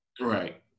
Right